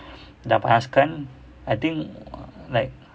dah panaskan I think like